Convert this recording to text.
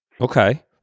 Okay